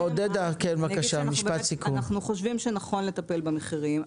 אני אגיד שאנחנו חושבים שנכון לטפל במחירים.